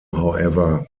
however